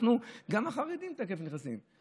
גם החרדים תכף נכנסים.